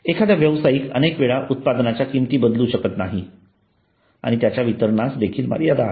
एखादा व्यवसायिक अनेक वेळा उत्पादनाच्या किंमती बदलू शकत नाही व त्याच्या वितरणास देखील मर्यादा आहेत